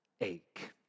ache